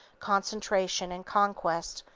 concentration and conquest,